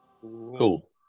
Cool